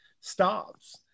stops